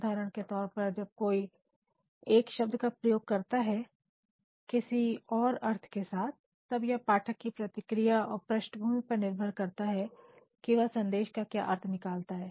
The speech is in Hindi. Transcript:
उदाहरण के तौर पर जब कोई एक शब्द का प्रयोग करता है किसी और अर्थ के साथ तब यहां पाठक की प्रतिक्रिया और पृष्ठभूमि पर निर्भर करता है कि वह संदेश का क्या अर्थ निकालता है